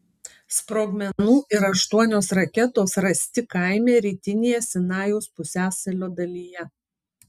sprogmenų ir aštuonios raketos rasti kaime rytinėje sinajaus pusiasalio dalyje